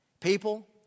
People